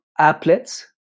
applets